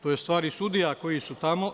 To je stvar i sudija koji su tamo.